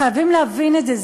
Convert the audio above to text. חייבים להבין את זה.